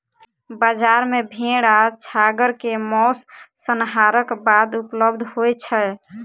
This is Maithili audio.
बजार मे भेड़ आ छागर के मौस, संहारक बाद उपलब्ध होय छै